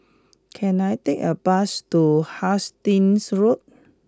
can I take a bus to Hastings Road